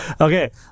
Okay